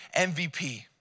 MVP